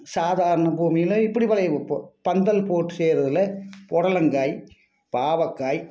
சாதாரண பூமியில் இப்படி விளைய வைப்போம் பந்தல் போட்டு செய்கிறதுல்ல புடலங்காய் பாவற்காய்